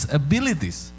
abilities